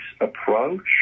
approach